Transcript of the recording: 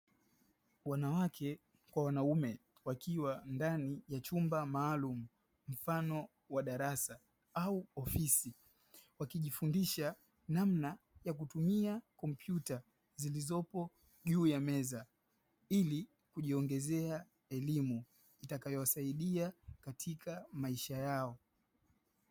Wanawake kwa wanaume wakiwa ndani ya chumba maalumu mfano wa darasa au ofisi, wakijifundisha namna ya kutumia kompyuta zilizopo juu ya meza, ili kujiongezea elimu itakayowasaidia katika maisha yao.